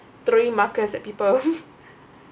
throwing markers at people